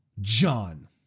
John